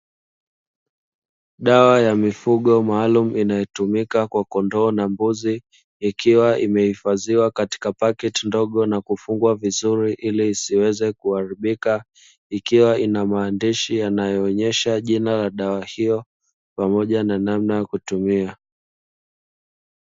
Dawa ya mifugo maalumu, inayotumika kwa kondoo na mbuzi, ikiwa imehifadhiwa katika pakiti ndogo na kufungwa vizuri ili isiweze kuharibika, ikiwa ina maandishi yanayoonyesha jina la dawa hiyo pamoja na namna ya kutumia.